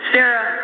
Sarah